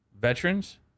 veterans